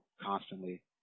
constantly